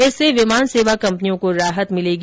इससे विमान सेवा कंपनियों को राहत मिलेगी